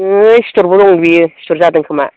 ओइ सिथरबो दं बियो सिथर जादों खोमा